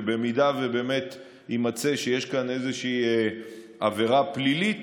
ואם יימצא שיש כאן עבירה פלילית,